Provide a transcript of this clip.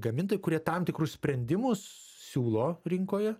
gamintojai kurie tam tikrus sprendimus siūlo rinkoje